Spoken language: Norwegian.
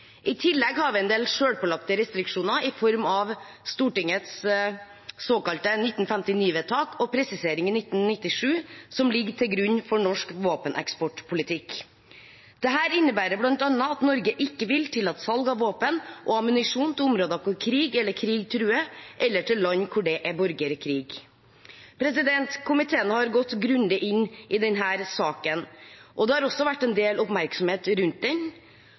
I tillegg har vi en del selvpålagte restriksjoner i form av Stortingets såkalte 1959-vedtak og presisering i 1997, som ligger til grunn for norsk våpeneksportpolitikk. Dette innebærer bl.a. at Norge ikke vil tillate salg av våpen og ammunisjon til områder hvor det er krig eller krig truer, eller til land hvor det er borgerkrig. Komiteen har gått grundig inn i denne saken. Det har også vært en del oppmerksomhet rundt den.